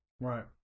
Right